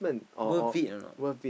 worth it or not